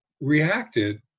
reacted